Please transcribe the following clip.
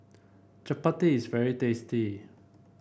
chapati is very tasty